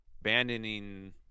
abandoning